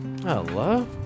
Hello